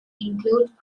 include